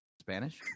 Spanish